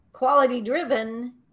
quality-driven